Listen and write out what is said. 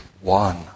one